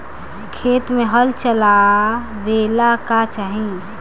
खेत मे हल चलावेला का चाही?